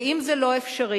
ואם זה לא אפשרי,